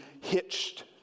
hitched